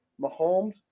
Mahomes